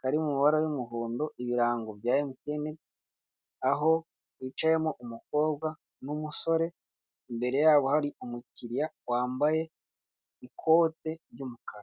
Kari mu mabara y'umuhondo, ibirango bya mtn aho hicayemo umukobwa n'umusore, imbere yabo hari umukiriya wambaye ikote ry'umukara .